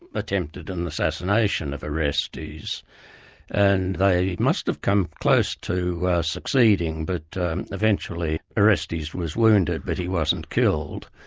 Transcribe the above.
attempted an assassination of orestes and they must have come close to succeeding, but eventually orestes was wounded, but he wasn't killed.